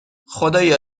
خدایا